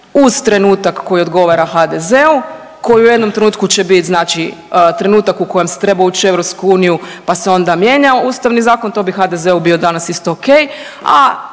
uz trenutak koji odgovara HDZ-u, koji u jednom trenutku će bit znači trenutak u kojem se treba uć u EU, pa se onda mijenjao Ustavni zakon, to bi HDZ-u bio danas isto okej, a